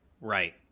right